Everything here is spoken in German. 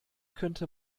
könnte